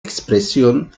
expresión